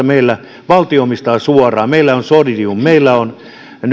meillä valtio omistaa suoraan meillä on solidium meillä on